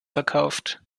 verkauft